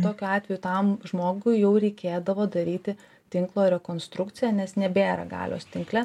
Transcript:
tokiu atveju tam žmogui jau reikėdavo daryti tinklo rekonstrukciją nes nebėra galios tinkle